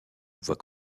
voit